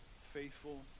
faithful